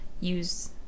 use